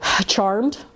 charmed